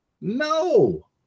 no